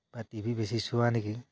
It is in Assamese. বা টিভি বেছি চোৱা নেকি